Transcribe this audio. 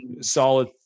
solid